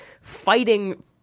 fighting